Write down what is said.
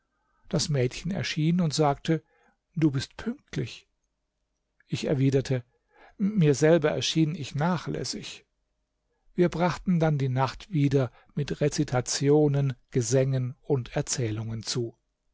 das mädchen erschien und sagte du bist pünktlich ich erwiderte mir selber erschien ich nachlässig wir brachten dann die nacht wieder mit rezitationen gesängen und erzählungen zu